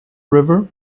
river